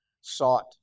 sought